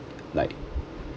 like